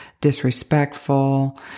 disrespectful